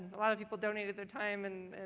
a lot of people donated their time and